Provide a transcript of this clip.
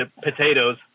potatoes